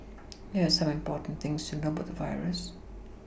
here are some important things to know about the virus